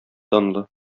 данлы